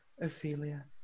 Ophelia